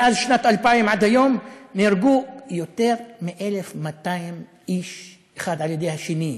מאז שנת 2000 עד היום נהרגו יותר מ-1,200 איש אחד על-ידי השני,